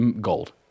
Gold